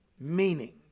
meaning